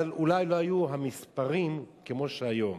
אבל אולי המספרים לא היו כמו שהם היום,